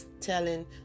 telling